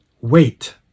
wait